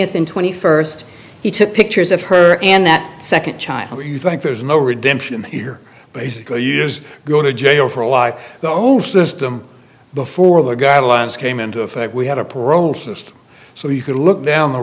twentieth and twenty first he took pictures of her and that second child do you think there's no redemption here but basically years go to jail for a life the whole system before the guidelines came into effect we had a parole system so you could look down the